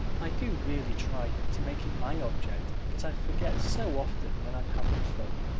i do really try to make it my object but i forget so often when i'm having fun.